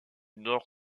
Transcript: nord